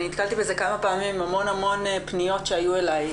נתקלתי בזה כמה פעמים עם המון פניות שהיו אלי.